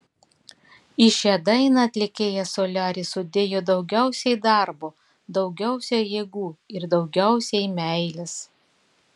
į šią dainą atlikėjas soliaris sudėjo daugiausiai darbo daugiausiai jėgų ir daugiausiai meilės